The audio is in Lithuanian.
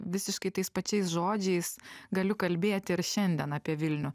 visiškai tais pačiais žodžiais galiu kalbėti ir šiandien apie vilnių